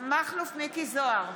מכלוף מיקי זוהר,